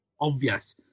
obvious